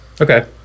Okay